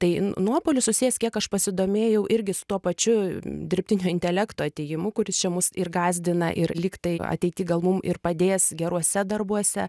tai nuopuolis susijęs kiek aš pasidomėjau irgi su tuo pačiu dirbtinio intelekto atėjimu kuris čia mus ir gąsdina ir lygtai ateity gal mum ir padės geruose darbuose